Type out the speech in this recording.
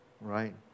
Right